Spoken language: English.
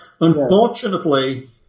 Unfortunately